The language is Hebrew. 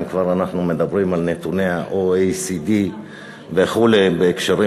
אם כבר אנחנו מדברים על נתוני ה-OECD וכו' בהקשרים